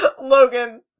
Logan